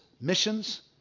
missions